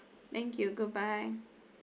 thank you goodbye